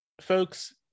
folks